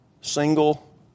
single